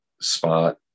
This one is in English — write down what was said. spot